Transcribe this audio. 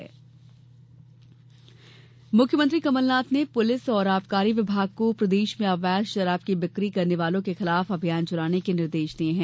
अवैध शराब मुख्यमंत्री कमलनाथ ने पुलिस और आबकारी विभाग को प्रदेश में अवैध शराब की बिक्री करने वालों के खिलाफ अभियान चलाने के निर्देश दिये है